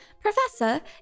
Professor